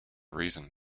reason